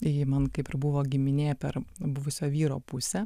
ji man kaip ir buvo giminė per buvusio vyro pusę